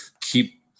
keep